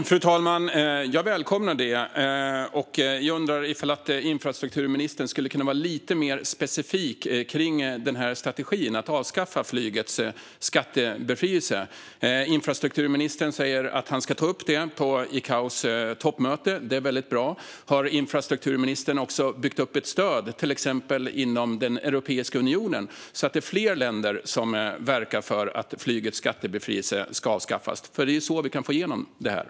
Fru talman! Jag välkomnar detta, men jag undrar om infrastrukturministern skulle kunna vara lite mer specifik kring strategin att avskaffa flygets skattebefrielse. Infrastrukturministern säger att han ska ta upp det på ICAO:s toppmöte. Det är väldigt bra. Har infrastrukturministern också byggt upp ett stöd, till exempel inom Europeiska unionen, så att det är fler länder som verkar för att flygets skattebefrielse ska avskaffas? Det är ju så vi kan få igenom detta.